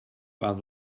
have